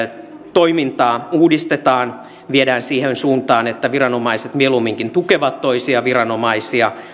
toimintaa uudistetaan viedään siihen suuntaan että viranomaiset mieluumminkin tukevat toisia viranomaisia